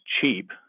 cheap